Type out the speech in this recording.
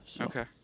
Okay